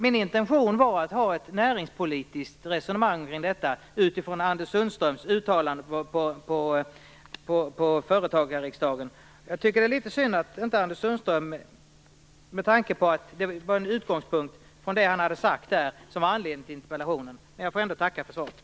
Min intention var att ha ett näringspolitiskt resonemang kring detta utifrån Anders Sundströms uttalande på företagarriksdagen. Det är litet synd med tanke på att det han sade där var anledningen till interpellationen. Men jag får ändå tacka för svaret.